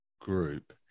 group